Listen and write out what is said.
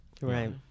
right